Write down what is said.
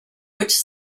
which